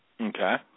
Okay